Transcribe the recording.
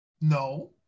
no